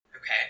Okay